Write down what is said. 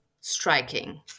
striking